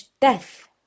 death